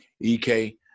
EK